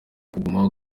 kuguma